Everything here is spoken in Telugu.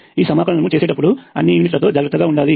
ఈ సమాకాలమును చేసేటప్పుడు అన్ని యూనిట్లతో జాగ్రత్తగా ఉండాలి